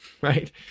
right